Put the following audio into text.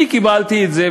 אני קיבלתי את זה,